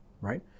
right